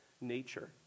nature